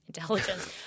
intelligence